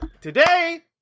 today